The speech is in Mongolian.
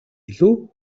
илүү